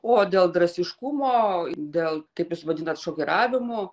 o dėl drastiškumo dėl kaip jūs vadinat šokiravimu